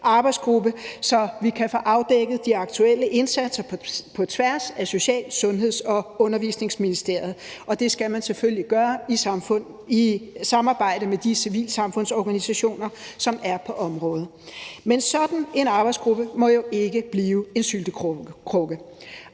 arbejdsgruppe, så vi kan få afdækket de aktuelle indsatser på tværs af Social- og Ældreministeriet, Sundhedsministeriet og Børne- og Undervisningsministeriet, og det skal man selvfølgelig gøre i samarbejde med de civilsamfundsorganisationer, som er på området. Men sådan en arbejdsgruppe må jo ikke blive en syltekrukke.